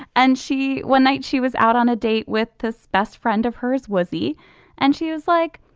and she one night she was out on a date with the so best friend of hers was he and she was like.